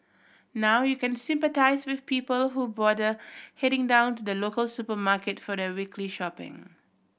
now you can sympathise with people who bother heading down to the local supermarket for their weekly shopping